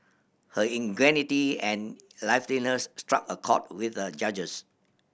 her ingenuity and liveliness struck a chord with the judges